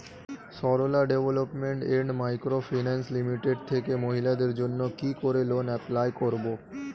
Sarala development and micro finance limited থেকে মহিলাদের জন্য কি করে লোন এপ্লাই করব?